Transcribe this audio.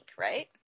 right